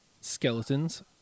Skeletons